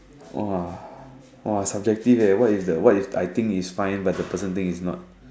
!wah! !wah! subjective eh what if the what if I think is fine but the person think it's not